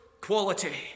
quality